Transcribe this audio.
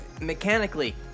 mechanically